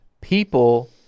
people